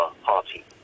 party